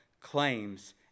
claims